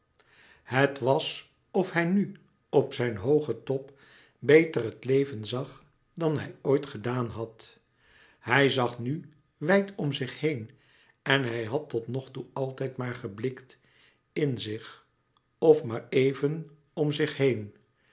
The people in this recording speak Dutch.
het was of hij nu op zijn hoogen top beter het leven zag dan hij ooit gedaan had hij zag nu wijd om zich heen en hij had totnogtoe altijd maar geblikt in zich of maar éven om zich heen